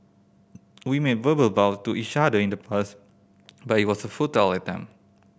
we made verbal vow to each other in the past but it was a futile attempt